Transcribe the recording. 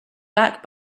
back